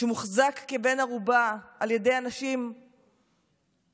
שמוחזק כבן ערובה על ידי אנשים קיצוניים,